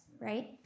Right